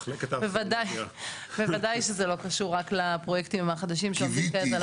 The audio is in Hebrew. בוודאי שזה לא קשור רק לפרויקטים החדשים שעומדים על הפרק.